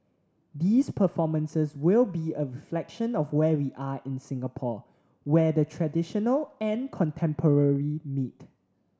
these performances will be a reflection of where we are in Singapore where the traditional and contemporary meet